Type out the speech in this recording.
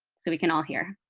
so we can all hear.